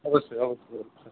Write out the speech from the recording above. অবশ্যই অবশ্যই অবশ্যই